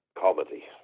comedy